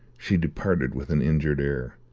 she departed with an injured air,